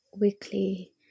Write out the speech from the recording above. weekly